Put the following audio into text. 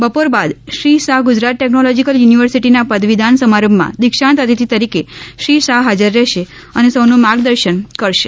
બપોર બાદ શ્રી શાહ ગુજરાત ટેકનોલોજીકલ યુનિવર્સિટિના પદવીદાન સમારંભમાં દીક્ષાંત અતિથિ તરીકે શ્રી શાહ હાજર રહેશે અને સૌનું માર્ગદર્શન કરશે